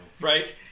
right